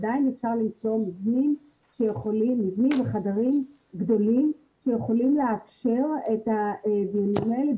עדיין אפשר למצוא מבנים וחדרים גדולים שיכולים לאפשר את הדיונים האלה,